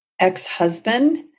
ex-husband